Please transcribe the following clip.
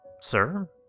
Sir